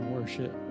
worship